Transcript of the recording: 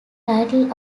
title